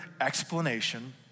explanation